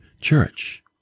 church